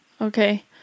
Okay